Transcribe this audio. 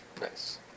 Nice